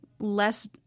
less